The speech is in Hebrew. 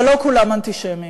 אבל לא כולם אנטישמים.